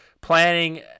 planning